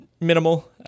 Minimal